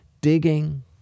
digging